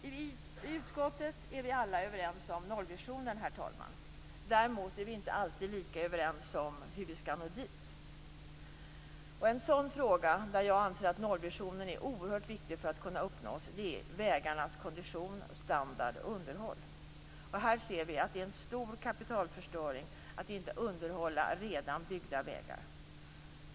I utskottet är vi alla överens om nollvisionen, herr talman. Däremot är vi inte alltid lika överens om hur vi skall nå dit. Något som jag anser vara av väldigt stor vikt om nollvisionen skall kunna uppnås är vägarnas kondition, standard och underhåll. Det är en stor kapitalförstöring att inte underhålla redan byggda vägar.